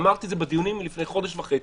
אמרתי את זה בדיונים מלפני חודש וחצי,